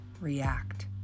react